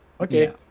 Okay